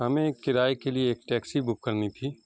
ہمیں کرائے کے لیے ایک ٹیکسی بک کرنی تھی